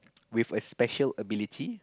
with a special ability